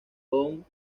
von